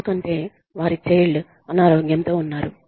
ఎందుకంటే వారి చైల్డ్ అనారోగ్యంతో ఉన్నారు